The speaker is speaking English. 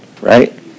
right